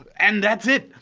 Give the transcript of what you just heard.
and that's it.